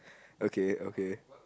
okay okay